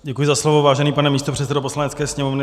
Děkuji za slovo, vážený pane místopředsedo Poslanecké sněmovny.